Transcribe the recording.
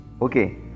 Okay